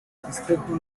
festejo